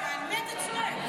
על מי אתה צועק?